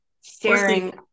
staring